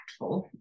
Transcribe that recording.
impactful